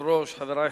רבותי, חברים,